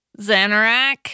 Xanarak